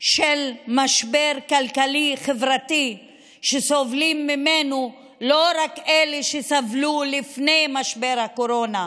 של משבר כלכלי-חברתי שסובלים ממנו לא רק אלה שסבלו לפני משבר הקורונה,